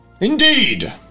Indeed